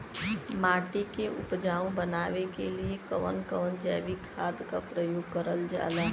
माटी के उपजाऊ बनाने के लिए कौन कौन जैविक खाद का प्रयोग करल जाला?